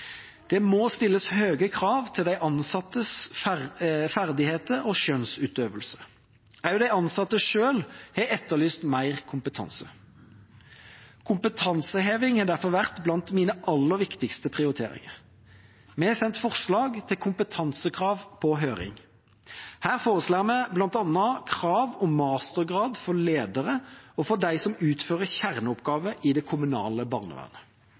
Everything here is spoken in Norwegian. Det må stilles høye krav til de ansattes ferdigheter og skjønnsutøvelse. Også de ansatte selv har etterlyst mer kompetanse. Kompetanseheving har derfor vært blant mine aller viktigste prioriteringer. Vi har sendt forslag til kompetansekrav på høring. Her foreslår vi bl.a. krav om mastergrad for ledere og for dem som utfører kjerneoppgaver i det kommunale barnevernet.